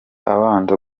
abanza